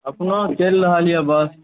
अपना चलि रहल यए बस